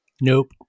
Nope